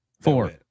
four